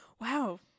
wow